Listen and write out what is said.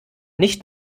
nicht